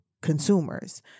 consumers